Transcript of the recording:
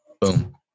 boom